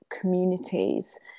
communities